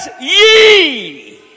ye